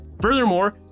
Furthermore